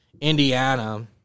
Indiana